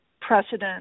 precedent